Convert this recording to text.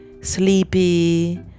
sleepy